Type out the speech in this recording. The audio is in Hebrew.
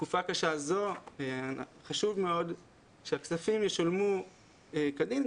בתקופה קשה זו חשוב מאוד שהכספים ישולמו כדין.